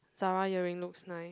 Zara earring looks nice